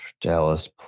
Dallas